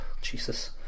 Jesus